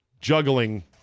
juggling